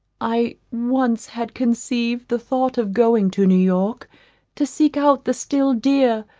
i once had conceived the thought of going to new-york to seek out the still dear,